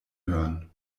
hören